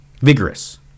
vigorous